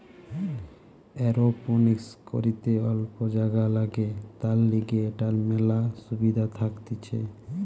aeroponics করিতে অল্প জাগা লাগে, তার লিগে এটার মেলা সুবিধা থাকতিছে